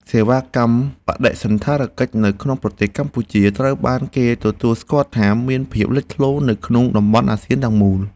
សេវាកម្មបដិសណ្ឋារកិច្ចនៅក្នុងប្រទេសកម្ពុជាត្រូវបានគេទទួលស្គាល់ថា មានភាពលេចធ្លោនៅក្នុងតំបន់អាស៊ានទាំងមូល។